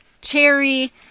cherry